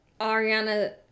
Ariana